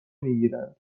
میگیرند